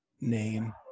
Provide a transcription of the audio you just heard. name